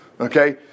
Okay